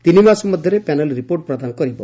ତିନିମାସ ମଧ୍ଧରେ panel report ପ୍ରଦାନ କରିବ